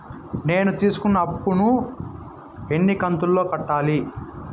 నేను తీసుకున్న అప్పు ను ఎన్ని కంతులలో కట్టాలి?